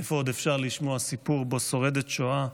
איפה עוד אפשר לשמוע סיפור שבו שורדת שואה,